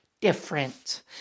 different